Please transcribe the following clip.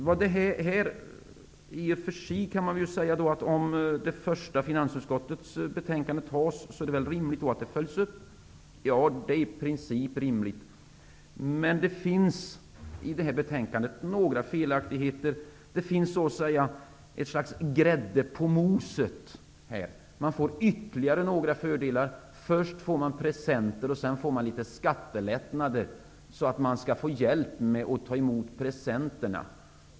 Om finansutskottets betänkande antas, kan man i och för sig tycka att det är rimligt att det följs upp. Det är i princip rimligt, men i det här betänkandet finns det några felaktigheter -- ett slags grädde på moset. Man får ytterligare några fördelar. Först får man presenter, sedan får man litet skattelättnader, för att få hjälp med att ta emot presenterna.